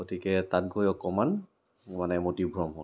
গতিকে তাত গৈ অকণমান মই মানে মতিভ্ৰম হ'লোঁ